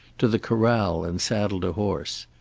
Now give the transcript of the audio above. to the corral, and saddled a horse.